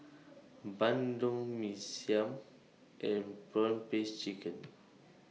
Bandung Mee Siam and Prawn Paste Chicken